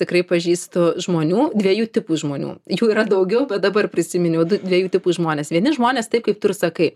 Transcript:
tikrai pažįstu žmonių dviejų tipų žmonių jų yra daugiau bet dabar prisiminiau du dviejų tipų žmones vieni žmonės taip kaip tu ir sakai